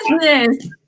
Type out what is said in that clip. business